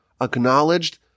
acknowledged